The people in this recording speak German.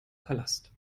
palast